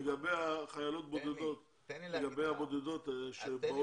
זה לא רלוונטי לגבי הבודדות שבאות מחו"ל.